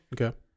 Okay